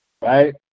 Right